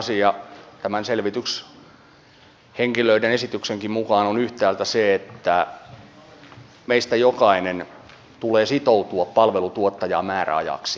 yksi olennainen asia tämän selvityshenkilöiden esityksenkin mukaan on yhtäältä se että meistä jokaisen tulee sitoutua palvelutuottajaan määräajaksi